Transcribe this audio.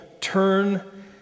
turn